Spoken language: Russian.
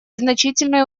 значительные